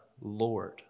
Lord